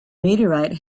meteorite